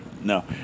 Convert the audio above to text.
no